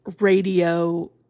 radio